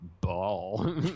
ball